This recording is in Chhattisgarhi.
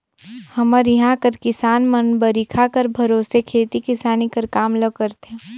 हमर इहां कर किसान मन बरिखा कर भरोसे खेती किसानी कर काम ल करथे